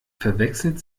verwechselt